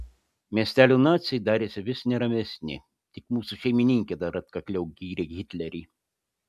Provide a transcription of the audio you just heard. miestelio naciai darėsi vis neramesni tik mūsų šeimininkė dar atkakliau gyrė hitlerį